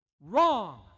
Wrong